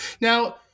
Now